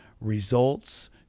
results